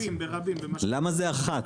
למה זה 1?